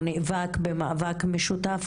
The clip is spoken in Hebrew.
או נאבק במאבק משותף,